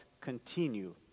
continue